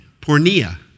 pornea